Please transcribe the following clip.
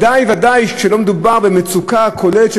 כשלא מדובר במצוקה הכוללת,